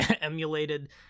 emulated